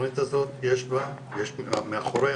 יש מאחורי